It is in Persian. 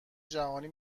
جهانی